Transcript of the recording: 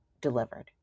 delivered